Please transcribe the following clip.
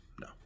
No